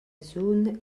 zone